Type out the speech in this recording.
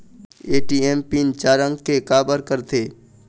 ATM PIN चार अंक के का बर करथे?